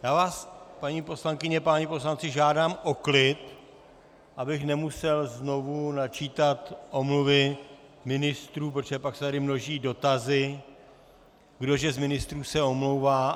Já vás, paní poslankyně, páni poslanci, žádám o klid, abych nemusel znovu načítat omluvy ministrů, protože pak se tady množí dotazy, kdo že z ministrů se omlouvá.